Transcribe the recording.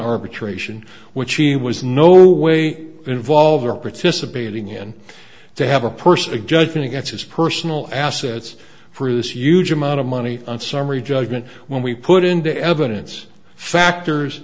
arbitration which he was no way involved or participating in to have a person a good thing to get his personal assets for this huge amount of money on summary judgment when we put in the evidence factors